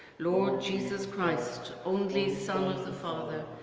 lord jesus christ, only son of the father,